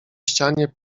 ścianie